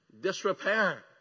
disrepair